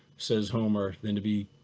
says homer, than to be